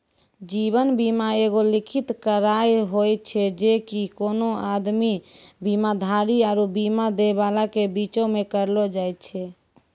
जीवन बीमा एगो लिखित करार होय छै जे कि कोनो आदमी, बीमाधारी आरु बीमा दै बाला के बीचो मे करलो जाय छै